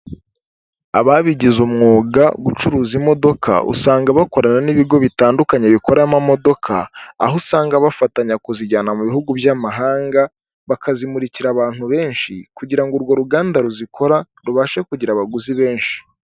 Ababigize umwuga gucuruza imodoka usanga bakorana n'ibigo bitandukanye bikora amamodoka aho usanga bafatanya kuzijyana mu bihugu by'amahanga, bakazimurikira abantu benshi kugira ngo urwo ruganda ruzikora rubashe kugira abaguzi benshi.